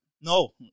No